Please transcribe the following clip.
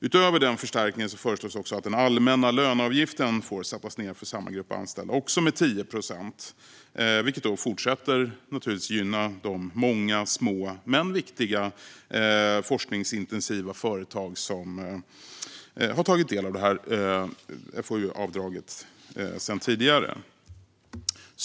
Utöver den förstärkningen föreslås att den allmänna löneavgiften får sättas ned för samma grupp anställda, också med 10 procent, vilket naturligtvis fortsätter att gynna de många små men viktiga forskningsintensiva företag som har avdraget sedan tidigare.